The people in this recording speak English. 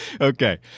Okay